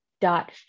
dot